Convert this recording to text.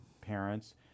parents